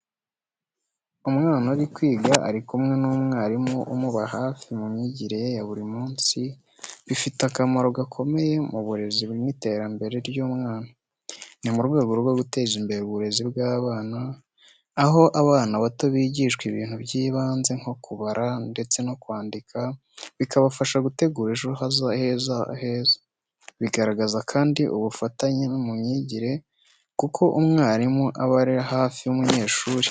Umwana uri kwiga ari kumwe n'umwarimu umuba hafi mu myigire ye ya buri munsi, bifite akamaro gakomeye mu burezi n’iterambere ry’umwana. Ni mu rwego rwo guteza imbere uburezi bw’abana, aho abana bato bigishwa ibintu by’ibanze nko kubara ndetse no kwandika, bikabafasha gutegura ejo heza. Bigaragaza kandi ubufatanye mu myigire kuko mwarimu aba ari hafi y’umunyeshuri.